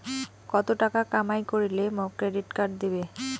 কত টাকা কামাই করিলে মোক ক্রেডিট কার্ড দিবে?